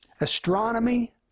astronomy